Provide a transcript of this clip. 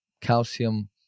calcium